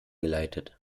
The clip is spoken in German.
geleitet